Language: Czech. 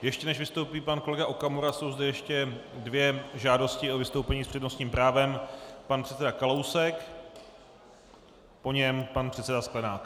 Ještě než vystoupí pan kolega Okamura, jsou zde ještě dvě žádosti o vystoupení s přednostním právem pan předseda Kalousek a po něm pan předseda Sklenák.